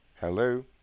Hello